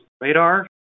radar